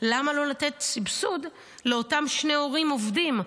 למה לא לתת סבסוד לאותם שני הורים עובדים?